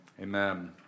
Amen